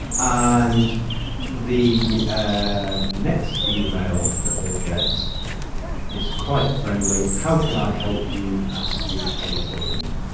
and the and next email that they get is quite friendly. how can i help you ask me anything.